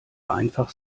einfach